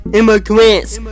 immigrants